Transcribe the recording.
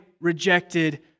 rejected